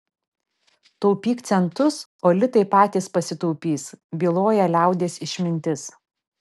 taupyk centus o litai patys pasitaupys byloja liaudies išmintis